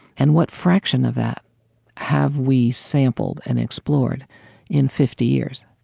and what fraction of that have we sampled and explored in fifty years?